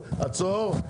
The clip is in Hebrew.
עצור,